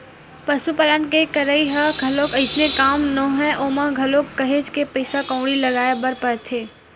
पसुपालन के करई ह घलोक अइसने काम नोहय ओमा घलोक काहेच के पइसा कउड़ी लगाय बर परथे